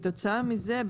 כתוצאה מזה,